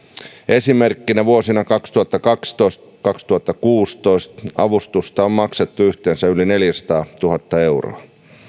esimerkkinä vuosina kaksituhattakaksitoista viiva kaksituhattakuusitoista avustusta on maksettu yhteensä yli neljäsataatuhatta euroa